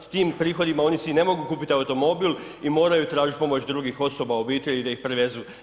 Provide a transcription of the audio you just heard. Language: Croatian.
S tim prihodima oni si ne mogu kupiti automobil i moraju tražiti pomoć drugih osoba obitelji da ih prevezu.